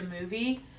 movie